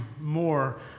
more